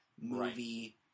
movie